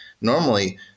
normally